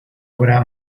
obra